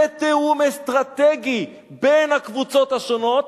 ותיאום אסטרטגי בין הקבוצות השונות.